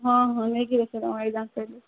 ହଁ ହଁ ନେଇକି ଆସିବା ଏଗଜାମ୍ ସରିଲେ